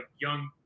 young